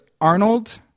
Arnold